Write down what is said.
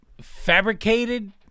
fabricated